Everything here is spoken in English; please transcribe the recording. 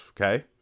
okay